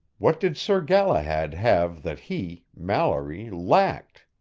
what did sir galahad have that he, mallory, lacked?